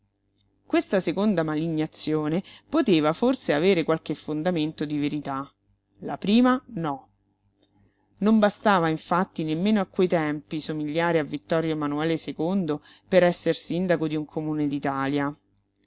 questa seconda malignazione poteva forse avere qualche fondamento di verità la prima no non bastava infatti nemmeno a quei tempi somigliare a ittorio manuele per esser sindaco di un comune